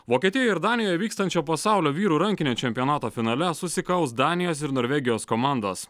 vokietijoje ir danijoje vykstančio pasaulio vyrų rankinio čempionato finale susikaus danijos ir norvegijos komandos